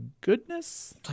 goodness